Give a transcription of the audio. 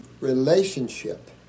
relationship